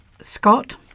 Scott